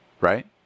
Right